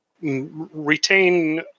retain